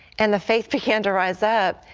and the faith began to rise up.